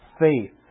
faith